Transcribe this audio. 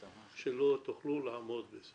אז שתי הנקודות האלה נתמודד איתכם.